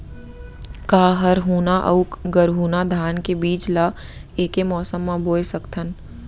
का हरहुना अऊ गरहुना धान के बीज ला ऐके मौसम मा बोए सकथन?